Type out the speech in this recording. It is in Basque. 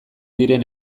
diren